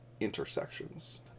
intersections